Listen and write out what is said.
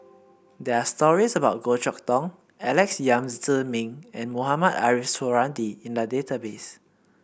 there are stories about Goh Chok Tong Alex Yam Ziming and Mohamed Ariff Suradi in the database